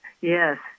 yes